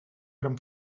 gran